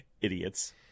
Idiots